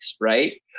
Right